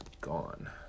gone